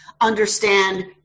understand